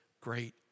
great